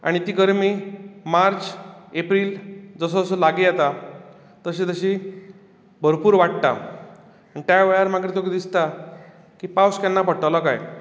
आनी ती गर्मी मार्च एप्रील जसो जसो लागीं येता तशी तशी भरपूर वाडटा आनी त्या वेळार मागीर तुका दिसता की पावस केन्ना पडटलो काय